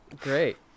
great